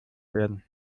werden